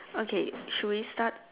okay should we start